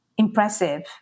impressive